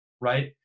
right